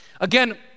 Again